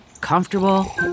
comfortable